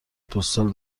پستال